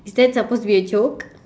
is that supposed to be a joke